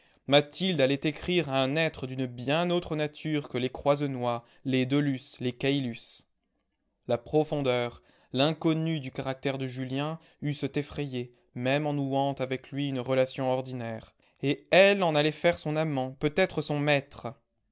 mathilde allait écrire à un être d'une bien autre nature que les croisenois les de luz les caylus la profondeur l'inconnu du caractère de julien eussent effrayé même en nouant avec lui une relation ordinaire et elle en allait faire son amant peut-être son maître